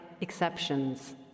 exceptions